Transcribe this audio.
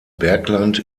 bergland